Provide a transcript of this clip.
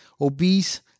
obese